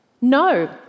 No